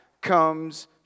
comes